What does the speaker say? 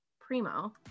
primo